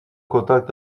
contact